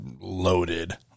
loaded